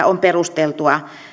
on perusteltua